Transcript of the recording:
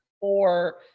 Or-